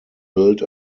build